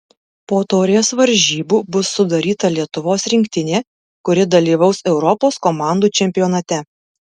po taurės varžybų bus sudaryta lietuvos rinktinė kuri dalyvaus europos komandų čempionate